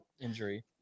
injury